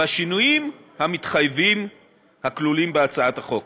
בשינויים המתחייבים הכלולים בהצעת החוק.